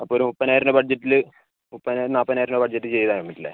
അപ്പം ഒരു മുപ്പതിനായിരം രൂപ ബഡ്ജറ്റിൽ മുപ്പതിനായിരം നാല്പതിനായിരം രൂപ ബഡ്ജറ്റ് ചെയ്തുതരാൻ പറ്റില്ലെ